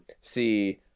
see